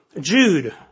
Jude